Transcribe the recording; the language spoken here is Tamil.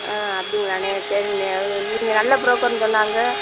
ஆ அப்படிங்களாண்ணே சரிங்கண்ணே அதாவது நீங்கள் நல்ல புரோக்கருன்னு சொன்னாங்க